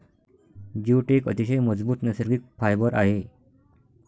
jute एक अतिशय मजबूत नैसर्गिक फायबर आहे